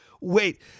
Wait